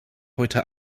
heute